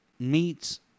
meets